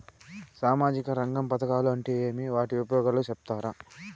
సామాజిక రంగ పథకాలు అంటే ఏమి? వాటి ఉపయోగాలు సెప్తారా?